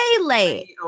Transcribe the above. late